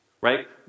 right